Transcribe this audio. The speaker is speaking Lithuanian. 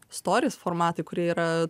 storirs formatai kurie yra